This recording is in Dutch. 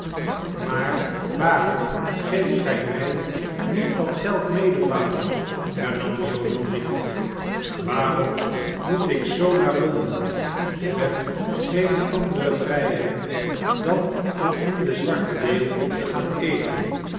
maar waarom geeft gij mij niet wat geld mede vader hernam joe verdrietig waarom moet ik zoo naar l on den met geene andere vrijheid dan om in de zwarte leeuw te gaan eten